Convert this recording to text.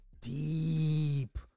deep